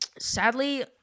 sadly